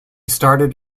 started